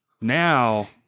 Now